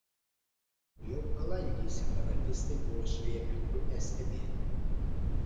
jau balandį separatistai buvo suėmę grupę stebėtojų